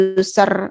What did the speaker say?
user